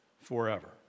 forever